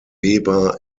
weber